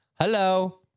Hello